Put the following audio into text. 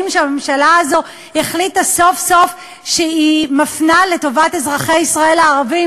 שהממשלה הזו החליטה סוף-סוף שהיא מפנה לטובת אזרחי ישראל הערבים,